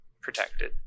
protected